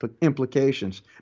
implications